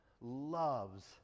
loves